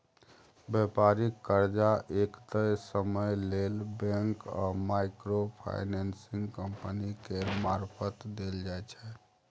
बेपारिक कर्जा एक तय समय लेल बैंक आ माइक्रो फाइनेंसिंग कंपनी केर मारफत देल जाइ छै